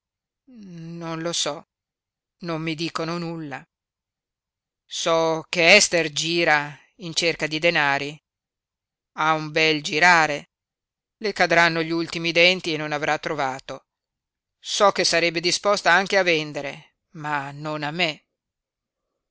non lo so non mi dicono nulla so che ester gira in cerca di denari ha un bel girare le cadranno gli ultimi denti e non avrà trovato so che sarebbe disposta anche a vendere ma non a me